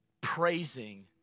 praising